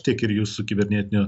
tiek ir jūs su kibernetiniu